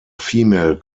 female